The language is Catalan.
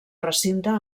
recinte